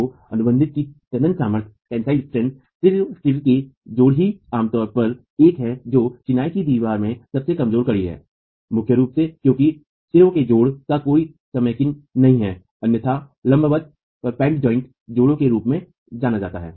तो अनुबंधित की तनन सामर्थ्य सिरे के जोड़ ही आमतौर पर एक है जो चिनाई की दीवार में सबसे कमजोर कड़ी है मुख्य रूप से क्योंकि सिरे के जोड़ का कोई समेकन नहीं है अन्यथा लंबवत जोड़ों के रूप में जाना जाता है